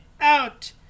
out